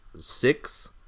six